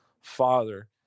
Father